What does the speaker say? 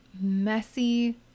messy